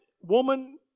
woman